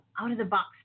out-of-the-box